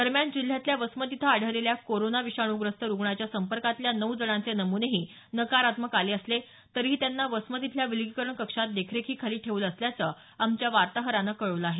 दरम्यान जिल्ह्यातल्या वसमत इथं आढळलेल्या कोरोना विषाणूग्रस्त रुग्णाच्या संपर्कातील नऊ जणांचे नमुनेही नकारात्मक आले असले तरीही त्यांना वसमत इथल्या विलगीकरण कक्षात देखरेखीखाली ठेवलं असल्याचं आमच्या वार्ताहरानं कळवलं आहे